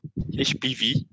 HPV